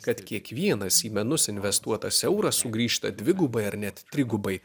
kad kiekvienas į menus investuotas euras sugrįžta dvigubai ar net trigubai